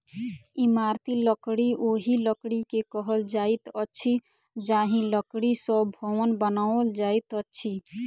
इमारती लकड़ी ओहि लकड़ी के कहल जाइत अछि जाहि लकड़ी सॅ भवन बनाओल जाइत अछि